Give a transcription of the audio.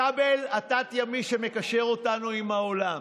הכבל התת-ימי שמקשר אותנו עם העולם.